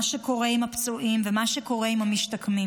מה שקורה עם הפצועים ומה שקורה עם המשתקמים.